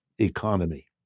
economy